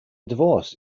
divorce